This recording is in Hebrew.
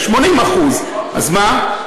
זה 80%. אז מה,